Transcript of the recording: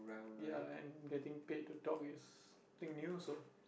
ya and getting paid to talk is think new so